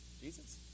Jesus